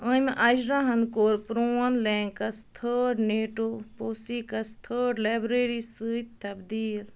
أمۍ اَجراہن کوٚر پرٛون لینٛکَس تھٲڈ نیٹِو پوسیٖکَس تھٲڈ لایبرٔری سۭتۍ تبدیٖل